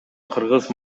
кыргыз